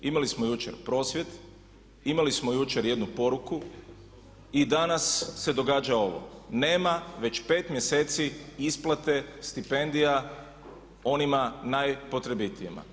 Imali smo jučer prosvjed, imali smo jučer jednu poruku i danas se događa ovo nema već 5 mjeseci isplate stipendija onima najpotrebitijima.